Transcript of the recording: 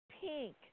pink